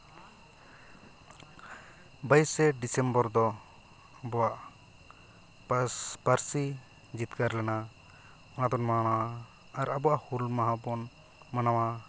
ᱵᱟᱭᱤᱥᱮ ᱰᱤᱥᱮᱢᱵᱚᱨ ᱫᱚ ᱟᱵᱚᱣᱟᱜ ᱯᱟᱹᱨᱥᱤ ᱡᱤᱛᱠᱟᱹᱨ ᱞᱮᱱᱟ ᱚᱱᱟᱛᱮ ᱢᱟᱱᱟᱣᱟ ᱟᱨ ᱟᱵᱚᱣᱟᱜ ᱦᱩᱞ ᱢᱟᱦᱟ ᱵᱚᱱ ᱢᱟᱱᱟᱣᱟ